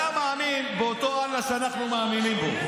אתה מאמין באותו אללה שאנחנו מאמינים בו.